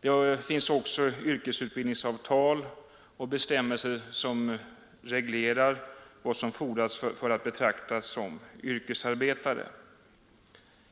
Det finns också yrkesutbildningsavtal och bestämmelser som reglerar vad som fordras för att en person skall betraktas som yrkesarbetare.